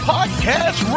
Podcast